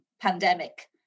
pandemic